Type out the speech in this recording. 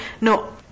No